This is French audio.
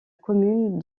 commune